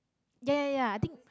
ya ya ya i think